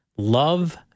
love